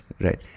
Right